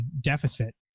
deficit